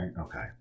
Okay